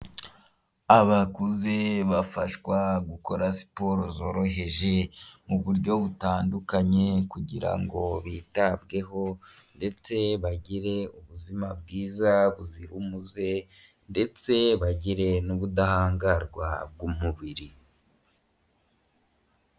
Abakuze bafashwa gukora siporo zoroheje mu buryo butandukanye, kugira ngo bitabweho ndetse bagire ubuzima bwiza buzira umuze ndetse bagire n'ubudahangarwa bw'umubiri.